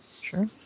sure